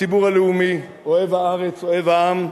הציבור הלאומי, אוהב הארץ, אוהב העם,